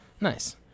Nice